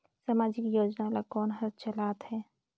समाजिक योजना ला कोन हर चलाथ हे?